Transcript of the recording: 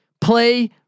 Play